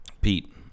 Pete